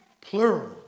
plural